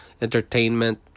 entertainment